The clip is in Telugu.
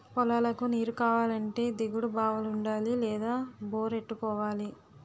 పొలాలకు నీరుకావాలంటే దిగుడు బావులుండాలి లేదా బోరెట్టుకోవాలి